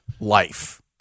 life